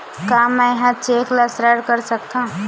का मैं ह चेक ले ऋण कर सकथव?